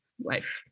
life